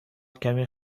کمی